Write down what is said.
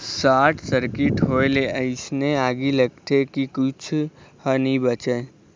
short circuit होए ले अइसे आगी लगथे के कुछू ह नइ बाचय